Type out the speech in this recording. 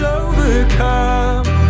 overcome